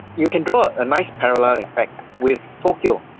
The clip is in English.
you can draw a nice parallel in fact with tokyo.